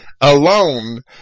alone